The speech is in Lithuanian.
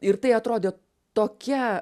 ir tai atrodė tokia